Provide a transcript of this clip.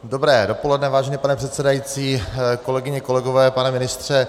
Dobré dopoledne, vážený pane předsedající, kolegyně, kolegové, pane ministře.